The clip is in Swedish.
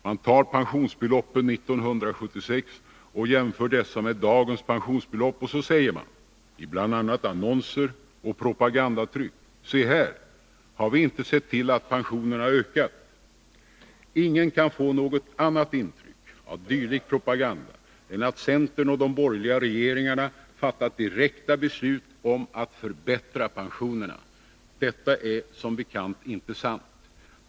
Man tar pensionsbeloppen 1976 och jämför dessa med dagens pensionsbelopp, och så säger man —-ibl.a. annonser och propagandatryck: Se här, har vi inte sett till att pensionerna ökat? Ingen kan få något annat intryck av dylik propaganda än att centern och de borgerliga regeringarna fattat direkta beslut om att förbättra pensionerna. Detta är som bekant inte sant.